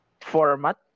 format